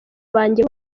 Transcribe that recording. banjye